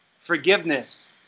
forgiveness